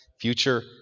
future